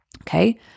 Okay